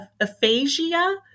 aphasia